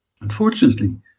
Unfortunately